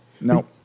No